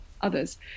others